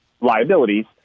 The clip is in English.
liabilities